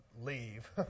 leave